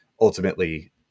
ultimately